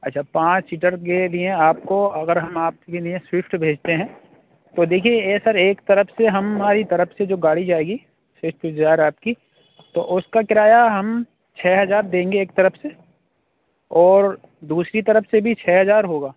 اچھا پانچ سیٹر کے لیے آپ کو اگر ہم آپ کے لیے سوئفٹ بھیجتے ہیں تو دیکھیے اے سر ایک طرف سے ہماری طرف سے جو گاڑی جائے گی سفٹ ڈیزائر آپ کی تو اُس کا کرایہ ہم چھ ہزار دیں گے ایک طرف سے اور دوسری سے طرف سے بھی چھ ہزار ہوگا